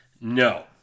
No